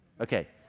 Okay